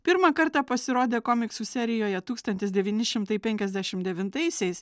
pirmą kartą pasirodė komiksų serijoje tūkstantis devyni šimtai penkiasdešim devintaisiais